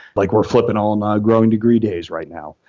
like we're flipping on a growing degree days right now,